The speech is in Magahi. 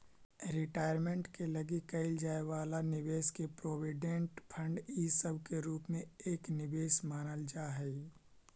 रिटायरमेंट के लगी कईल जाए वाला निवेश के प्रोविडेंट फंड इ सब के रूप में एक निवेश मानल जा हई